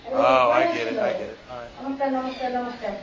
ଆରେ କୁଆଡ଼େ ଆସିଥିଲ ନମସ୍କାର ନମସ୍କାର ନମସ୍କାର